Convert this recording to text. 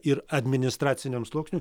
ir administraciniam sluoksniui